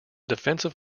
defensive